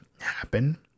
happen